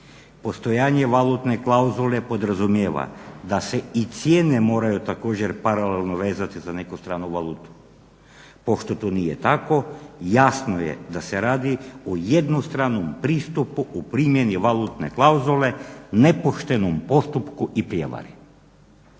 Postojanje valutne klauzule podrazumijeva da se i cijene moraju također paralelno vezati za neku stranu valutu, pošto to nije tako jasno je da se radi o jednostranom pristupu o primjeni valutne klauzule nepoštenom postupku i prijevari.